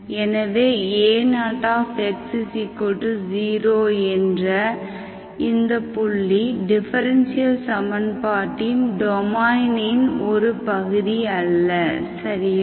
எனவே a0x0 என்ற இந்த புள்ளி டிஃபரென்ஷியல் சமன்பாடின் டொமைனின் ஒரு பகுதி அல்ல சரியா